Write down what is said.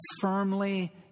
firmly